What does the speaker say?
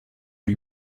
lui